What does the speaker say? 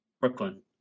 Brooklyn